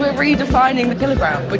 redefining the